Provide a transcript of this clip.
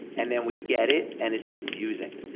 and then we get it, and it's confusing.